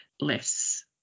less